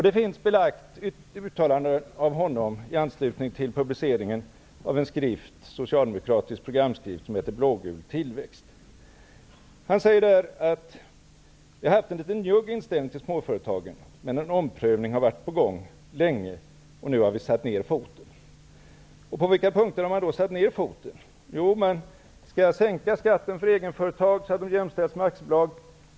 Det finns uttalanden av Göran Persson, som han har gjort i anslutning till publiceringen av en socialdemokratisk programskrift som heter Blågul tillväxt. Där säger Göran Persson: ''Vi har haft en litet njugg inställning till småföretagen, men en omprövning har varit på gång länge, och nu har vi satt ner foten.'' På vilka punkter har man då satt ner foten? Jo, man skall sänka skatterna för egenföretag så, att de jämställs med aktiebolag.